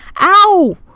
Ow